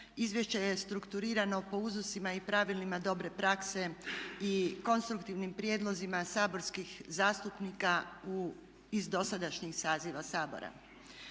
izvješće je strukturirano po uzusima i pravilima dobre prakse i konstruktivnim prijedlozima saborskih zastupnika iz dosadašnjih saziva Sabora.